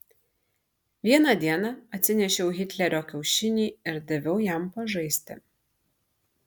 vieną dieną atsinešiau hitlerio kiaušinį ir daviau jam pažaisti